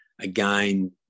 again